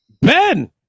Ben